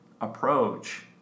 approach